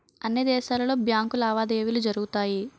అన్ని దేశాలలో బ్యాంకు లావాదేవీలు జరుగుతాయి